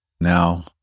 Now